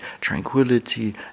tranquility